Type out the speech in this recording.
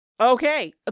Okay